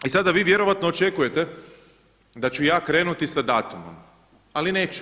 I sada vi vjerojatno očekujete da ću ja krenuti sa datumom, ali neću.